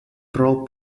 pro